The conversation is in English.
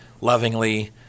lovingly